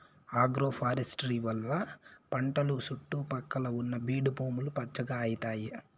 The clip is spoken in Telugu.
ఆగ్రోఫారెస్ట్రీ వల్ల పంటల సుట్టు పక్కల ఉన్న బీడు భూములు పచ్చగా అయితాయి